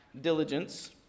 diligence